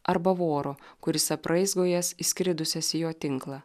arba voro kuris apraizgo jas įskridusias į jo tinklą